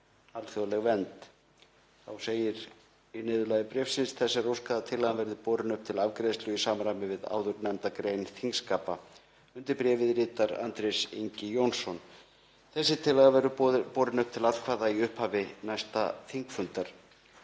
(alþjóðleg vernd).“ Þá segir í niðurlagi bréfsins: „Þess er óskað að tillagan verði borin upp til afgreiðslu í samræmi við áðurnefnda grein þingskapa.“ Undir bréfið ritar Andrés Ingi Jónsson Þessi tillaga verður borin upp til atkvæða í upphafi næsta þingfundar.